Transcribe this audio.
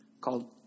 called